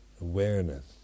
awareness